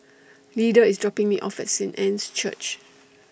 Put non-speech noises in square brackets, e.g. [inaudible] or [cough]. Leda IS dropping Me off At Saint Anne's Church [noise]